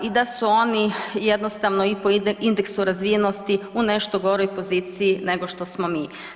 I da su oni jednostavno i po indeksu razvijenosti u nešto goroj poziciji nego što smo mi.